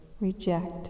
reject